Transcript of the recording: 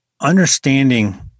understanding